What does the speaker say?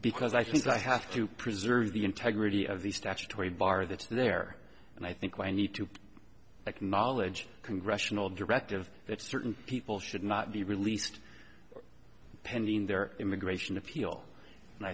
because i think i have to preserve the integrity of the statutory bar that there and i think we need to acknowledge congressional directive that certain people should not be released pending their immigration appeal and i